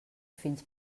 fins